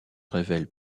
révèle